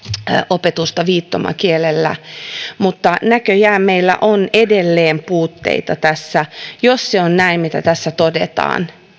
opetusta viittomakielellä mutta näköjään meillä on edelleen puutteita tässä jos se on näin kuten tässä todetaan